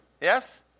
Yes